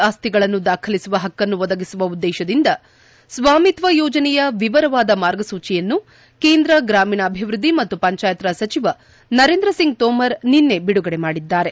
ಆಸ್ತಿಗಳನ್ನು ದಾಖಲಿಸುವ ಹಕ್ಕನ್ನು ಒದಗಿಸುವ ಉದ್ದೇಶದಿಂದ ಸ್ವಾಮಿತ್ವ ಯೋಜನೆಯ ವಿವರವಾದ ಮಾರ್ಗಸೂಚಿಯನ್ನು ಕೇಂದ್ರ ಗ್ರಾಮೀಣಾಭಿವೃದ್ಧಿ ಮತ್ತು ಪಂಚಾಯತ್ ರಾಜ್ ಸಚಿವ ನರೇಂದ್ರ ಸಿಂಗ್ ತೋಮರ್ ನಿನ್ನೆ ಬಿಡುಗಡೆ ಮಾಡಿದ್ದಾರೆ